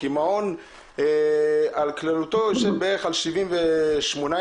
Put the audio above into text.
כי מעון על כלליותו יושב בערך על 78 ילדים,